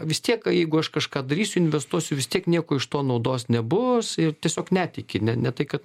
vis tiek jeigu aš kažką darysiu investuosiu vis tiek nieko iš to naudos nebus ir tiesiog netiki ne ne tai kad